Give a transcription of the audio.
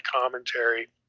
commentary